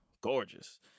gorgeous